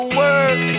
work